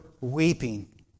weeping